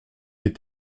est